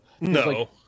No